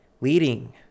leading